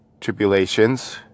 tribulations